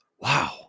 Wow